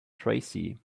tracy